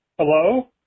hello